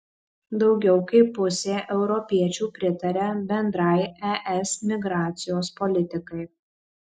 daugiau kaip pusė europiečių pritaria bendrai es migracijos politikai